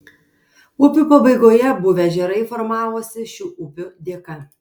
upių pabaigoje buvę ežerai formavosi šių upių dėka